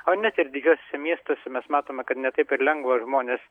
o net ir didžiuosiuose miestuose mes matome kad ne taip ir lengva žmones